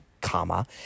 comma